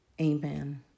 Amen